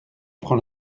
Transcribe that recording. prend